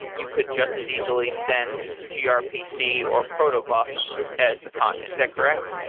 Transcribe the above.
you could just as easily send grpc or protobuf's as the content. is that correct?